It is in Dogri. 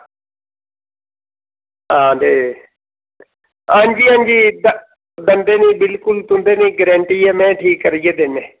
हां ते हां जी हां जी दंदें दी बिलकुल तुंदे लेई गारंटी ऐ ते में ठीक करियै देने